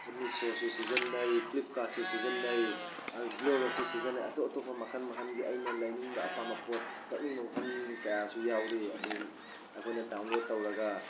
ꯃꯤꯁꯣꯁꯨ ꯁꯤꯖꯤꯟꯅꯩ ꯐ꯭ꯂꯤꯞꯀꯥꯔꯠꯁꯨ ꯁꯤꯖꯤꯟꯅꯩ ꯑꯗꯨꯒ ꯒ꯭ꯂꯣꯔꯣꯠꯁꯨ ꯁꯤꯖꯤꯟꯅꯩ ꯑꯇꯣꯞ ꯑꯇꯣꯞꯄ ꯃꯈꯜ ꯃꯈꯜꯒꯤ ꯑꯩꯅ ꯂꯩꯅꯤꯡꯕ ꯑꯄꯥꯝꯕ ꯄꯣꯠ ꯀꯛꯅꯤꯡꯕ ꯃꯐꯝ ꯀꯌꯥꯁꯨ ꯌꯥꯎꯔꯤ ꯑꯗꯨ ꯑꯩꯈꯣꯏꯅ ꯗꯥꯎꯟꯂꯣꯗ ꯇꯧꯔꯒ